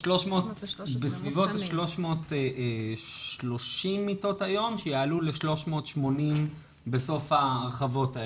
בסביבות 330 מיטות היום שיעלו ל-380 בסוף ההרחבות האלה.